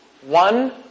One